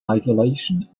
isolation